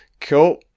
Cool